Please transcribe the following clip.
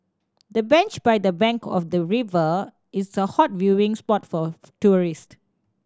the bench by the bank of the river is a hot viewing spot for tourists